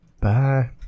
Bye